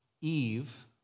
Eve